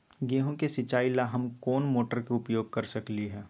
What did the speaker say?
गेंहू के सिचाई ला हम कोंन मोटर के उपयोग कर सकली ह?